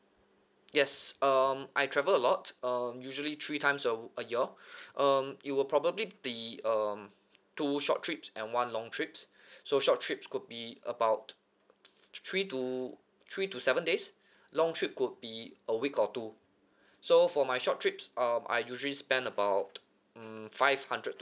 yes um I travel a lot um usually three times a a year um it will probably be um two short trips and one long trips so short trips could be about three to three to seven days long trip could be a week or two so for my short trips uh I usually spend about mm five hundred